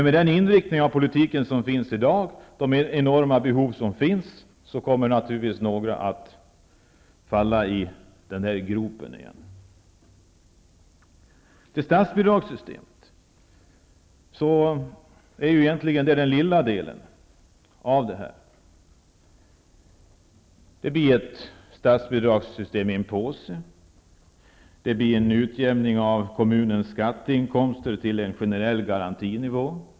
Med den inriktning politiken har i dag, och de enorma behov som finns, kommer naturligtvis några att falla i den grop jag förut nämnde. Förslaget till statsbidragssystem är egentligen den lilla delen av detta förslag. Det blir ett statsbidragssystem i form av en påse, och en utjämning av kommunens skatteinkomster till en generell garantinivå.